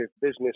business